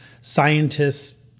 Scientists